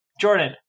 Jordan